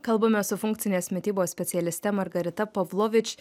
kalbamės su funkcinės mitybos specialiste margarita pavlovič